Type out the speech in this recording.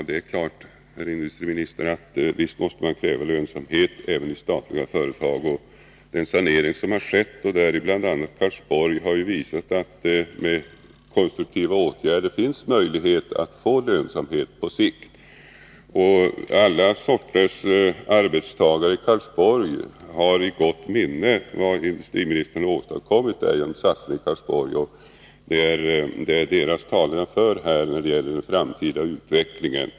Herr talman! Det är klart att man måste kräva lönsamhet även i statliga företag. Den sanering som har skett, bl.a. när det gäller Karlsborg, har ju visat att det med konstruktiva åtgärder finns möjligheter att få lönsamhet på sikt. Alla sorters arbetstagare i Karlsborg har i gott minne vad industriministern åstadkommit genom satsningen i Karlsborg. Det är deras talan jag för här beträffande den framtida utvecklingen.